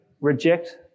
reject